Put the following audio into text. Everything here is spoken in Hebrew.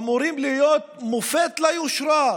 אמורים להיות מופת ליושרה.